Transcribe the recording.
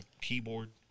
keyboard